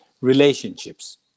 Relationships